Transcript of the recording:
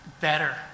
better